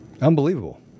Unbelievable